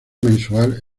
mensual